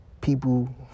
people